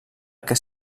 que